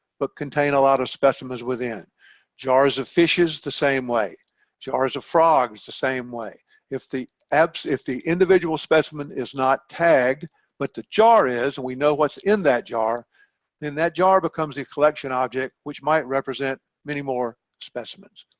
but contain a lot of specimens within jars of fishes the same way jars of frogs the same way if the eps if the individual specimen is not tagged but the jar is and we know what's in that jar then that jar becomes a collection object which might represent many more specimens